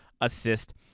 assist